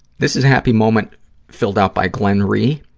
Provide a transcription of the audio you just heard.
this is a happy moment filled out by glennrhee,